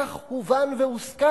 כך הובן והוסכם,